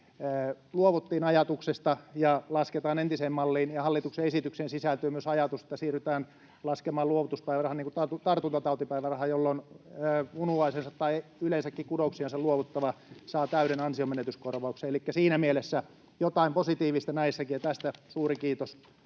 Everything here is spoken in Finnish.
luovuttiin siitä ajatuksesta ja lasketaan entiseen malliin. Hallituksen esitykseen sisältyy myös ajatus, että siirrytään laskemaan luovutuspäiväraha niin kuin tartuntatautipäiväraha, jolloin munuaisensa tai yleensäkin kudoksiansa luovuttava saa täyden ansionmenetyskorvauksen. Elikkä siinä mielessä jotain positiivista näissäkin, ja tästä suuri kiitos